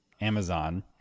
Amazon